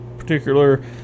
particular